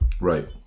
Right